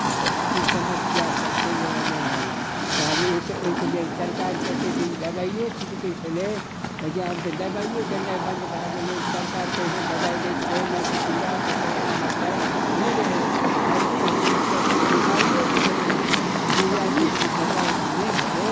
तऽ ई समस्या सभ चलि रहलै हँ तऽ आब ओइसँ ओइके लेल सरकार तऽ एते दिन दबाइयो छिड़कै छलै लेकिन आब तऽ दबाइयो देनाइ बन्द भए गेलै सरकार पहिले दबाइ दैत रहै नहि तऽ कीड़ा मकौड़ा मच्छर नहि रहै आओर तहन लोकके एतेक बिमारियो नहि होइ आओर जहियासँ ई दबाइ नहि भेलै